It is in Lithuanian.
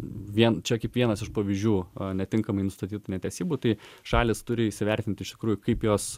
vien čia kaip vienas iš pavyzdžių netinkamai nustatytų netesybų tai šalys turi įsivertinti iš tikrųjų kaip jos